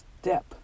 step